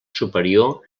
superior